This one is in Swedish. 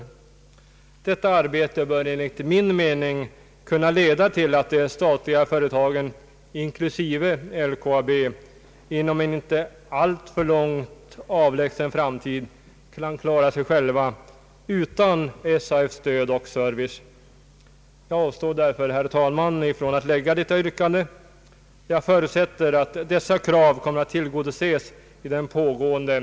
Detta arbete bör enligt min mening kunna leda till att de statliga företagen inklusive LKAB inom en inte alltför avlägsen framtid kan klara sig själva utan SAF:s stöd och service. Jag avstår därför, herr talman, från att framställa detta yrkande och förutsätter att kravet kommer att tillgodoses i den pågående kansliutredningen.